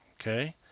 Okay